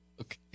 Okay